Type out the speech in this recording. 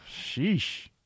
Sheesh